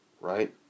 right